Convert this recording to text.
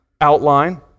outline